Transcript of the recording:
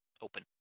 Open